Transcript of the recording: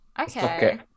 okay